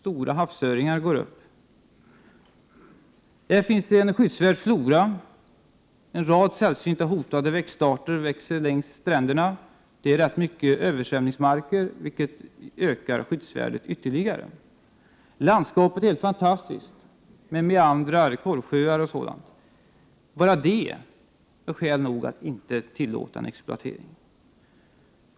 Det finns även en skyddsvärd flora, och en rad sällsynta hotade arter växer längs stränderna. Där finns också en myckenhet av översvämningsmarker, vilket ökar skyddsvärdet ytterligare. Landskapet är fantastiskt med meandrar, korvsjöar osv. — bara detta är skäl nog till ett förbud mot exploatering.